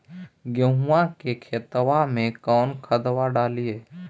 गेहुआ के खेतवा में कौन खदबा डालिए?